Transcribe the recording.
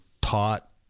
taught